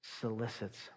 solicits